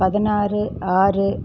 பதினாறு ஆறு